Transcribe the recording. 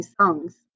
songs